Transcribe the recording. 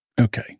Okay